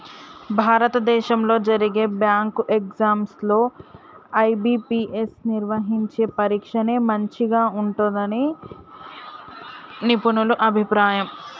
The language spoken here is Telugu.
భారతదేశంలో జరిగే బ్యాంకు ఎగ్జామ్స్ లో ఐ.బీ.పీ.ఎస్ నిర్వహించే పరీక్షనే మంచిగా ఉంటుందని నిపుణుల అభిప్రాయం